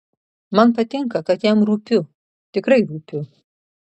man patinka kad jam rūpiu tikrai rūpiu